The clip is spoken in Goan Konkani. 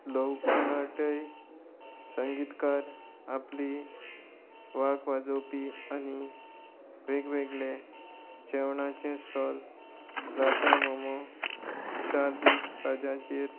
लोक नाटय संगीतकार आपली वाक वाजोवपी आनी वेगवेगळे जेवणाचें स्टॉल रासा मोमो चार दीस राज्याचेर